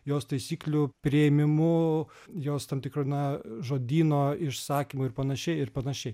jos taisyklių priėmimu jos tam tikro na žodyno išsakymu ir panašiai ir panašiai